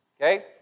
Okay